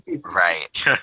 Right